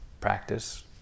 practice